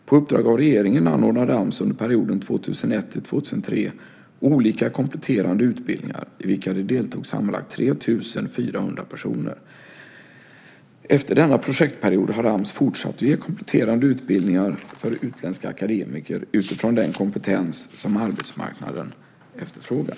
På uppdrag av regeringen anordnade Ams under perioden 2001-2003 olika kompletterande utbildningar i vilka det deltog sammanlagt 3 400 personer. Efter denna projektperiod har Ams fortsatt att ge kompletterande utbildningar för utländska akademiker utifrån den kompetens som arbetsmarknaden efterfrågar.